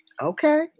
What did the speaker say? Okay